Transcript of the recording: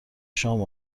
شام